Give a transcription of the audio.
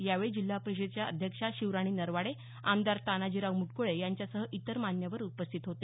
यावेळी जिल्हा परिषदेच्या अध्यक्षा शिवराणी नरवाडे आमदार तानाजीराव मुटकुळे यांच्यासह इतर मान्यवर उपस्थित होते